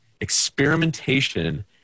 experimentation